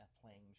playing